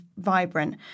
Vibrant